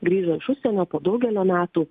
grįžo iš užsienio po daugelio metų